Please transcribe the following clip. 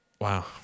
Wow